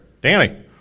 Danny